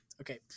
okay